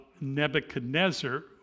Nebuchadnezzar